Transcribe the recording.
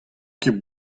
ket